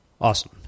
Awesome